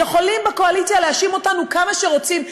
יכולים בקואליציה להאשים אותנו כמה שרוצים,